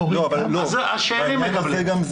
השארים מקבלים.